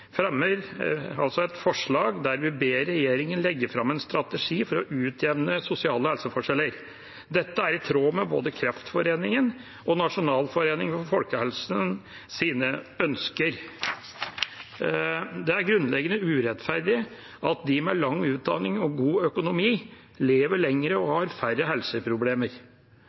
fremmer et forslag der vi ber regjeringa legge fram en strategi for å utjevne sosiale helseforskjeller. Dette er i tråd med ønskene til både Kreftforeningen og Nasjonalforeningen for folkehelsen. Det er grunnleggende urettferdig at de med lang utdanning og god økonomi lever lenger og har færre helseproblemer.